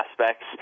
aspects